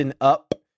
up